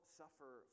suffer